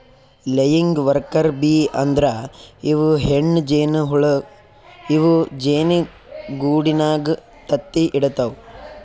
laying worker bee ಅಂದ್ರ ಇವ್ ಹೆಣ್ಣ್ ಜೇನಹುಳ ಇವ್ ಜೇನಿಗೂಡಿನಾಗ್ ತತ್ತಿ ಇಡತವ್